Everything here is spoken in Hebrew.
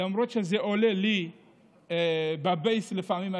למרות שזה עולה לי בבייס לפעמים,